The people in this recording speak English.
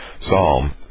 Psalm